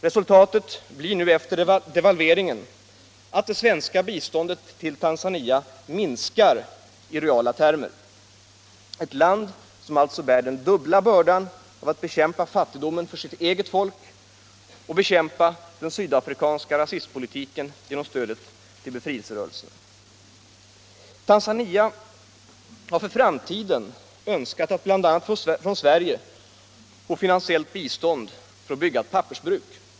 Resultatet blir nu efter devalveringen att det svenska biståndet till Tanzania minskar i reala termer. Det är här fråga om ett land som alltså bär den dubbla bördan av att bekämpa fattigdomen hos sitt eget folk och att bekämpa den sydafrikanska rasistpolitiken genom stödet till befrielserörelserna. Tanzania har för framtiden önskat att bl.a. från Sverige få finansiellt bistånd för att bygga ett pappersbruk.